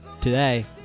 today